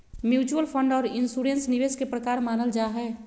mutual fund आर insurance निवेश के प्रकार मानल जा हय